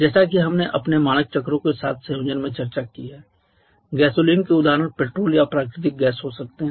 जैसा कि हमने अपने मानक चक्रों के साथ संयोजन में चर्चा की है गैसोलीन के उदाहरण पेट्रोल या प्राकृतिक गैस हो सकते हैं